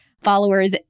followers